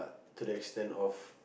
to the extend of